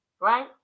right